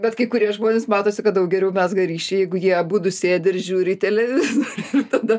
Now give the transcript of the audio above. bet kai kurie žmonės matosi kad daug geriau mezga ryšį jeigu jie abudu sėdi ir žiūri į televizorių ir tada